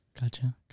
gotcha